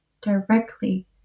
directly